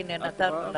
הנה, נתנו לכם.